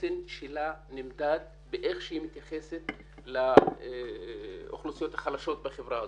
החוסן שלה נמדד באיך שהיא מתייחסת לאוכלוסיות החלשות בחברה הזאת.